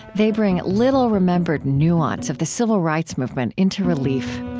they bring little-remembered nuance of the civil rights movement into relief.